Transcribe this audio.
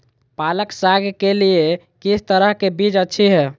पालक साग के लिए किस तरह के बीज अच्छी है?